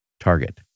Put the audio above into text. Target